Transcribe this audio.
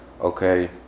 okay